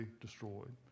destroyed